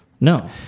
No